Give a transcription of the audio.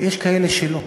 ויש כאלה שלא.